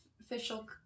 official